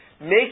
make